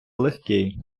легкий